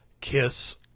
kiss